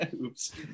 Oops